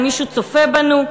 אם מישהו צופה בנו,